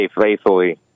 faithfully